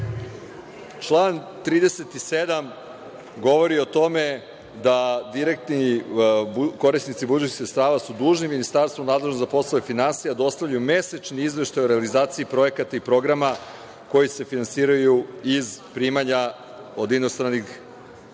Član 37. govori o tome da su direktni korisnici budžetskih sredstava dužni da ministarstvu nadležnom za poslove finansija dostavljaju mesečni izveštaj o realizaciji projekata i programa koji se finansiraju iz primanja od inostranih